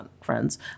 friends